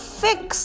fix